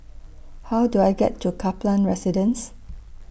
How Do I get to Kaplan Residence